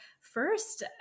first